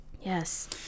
Yes